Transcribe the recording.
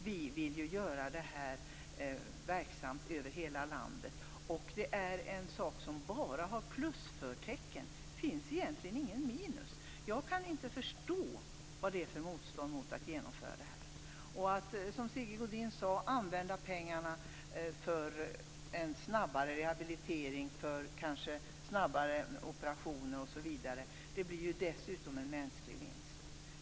Vi vill göra det här verksamt över hela landet. Det är en sak som bara har plusförtecken; det finns egentligen inga minus. Jag kan inte förstå motståndet mot att genomföra detta och att, som Sigge Godin sade, använda pengarna för en snabbare rehabilitering, snabbare operationer osv. Det blir dessutom en mänsklig vinst.